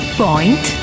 point